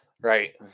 Right